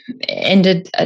ended